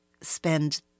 spend